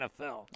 NFL